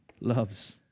loves